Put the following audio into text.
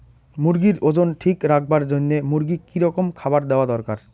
মুরগির ওজন ঠিক রাখবার জইন্যে মূর্গিক কি রকম খাবার দেওয়া দরকার?